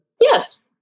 Yes